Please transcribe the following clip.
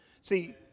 See